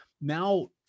now